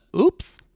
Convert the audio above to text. oops